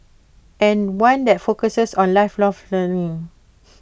and one that focuses on lifelong learning